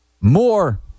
More